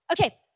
okay